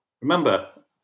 Remember